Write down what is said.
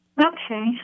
Okay